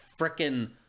freaking